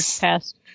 passed